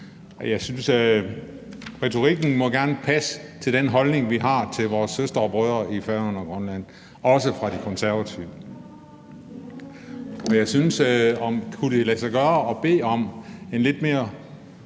jeg synes, at retorikken gerne må passe til den holdning, vi har til vores søstre og brødre i Færøerne og Grønland, også fra De Konservatives side. Men kunne det lade sig gøre at bede om en lidt mere